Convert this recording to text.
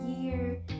year